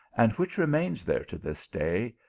and which remains there to this day,